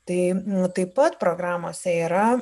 tai taip pat programose yra